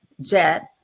Jet